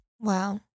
Wow